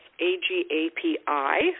A-G-A-P-I